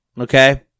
okay